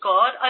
God